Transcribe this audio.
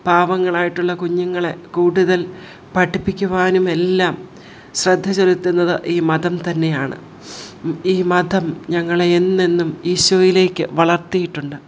പാവങ്ങളായിട്ടുള്ള കുഞ്ഞുങ്ങളെ കൂടുതൽ പഠിപ്പിക്കുവാനും എല്ലാം ശ്രദ്ധ ചെലുത്തുന്നത് ഈ മതം തന്നെയാണ് ഈ മതം ഞങ്ങളെ എന്നെന്നും ഈശോയിലേക്ക് വളർത്തിയിട്ടുണ്ട്